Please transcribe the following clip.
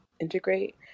integrate